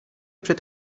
przed